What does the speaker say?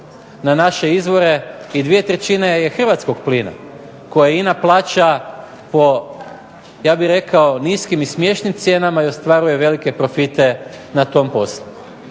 na naše izvore i dvije trećine je hrvatskog plina koje INA plaća po ja bih rekao niskim i smiješnim cijenama i ostvaruje velike profite na tom poslu.